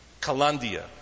Kalandia